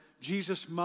Jesus